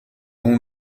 اون